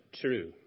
true